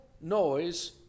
noise